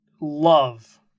love